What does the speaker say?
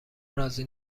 راضی